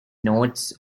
notes